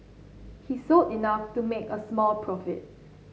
he sold enough to make a small profit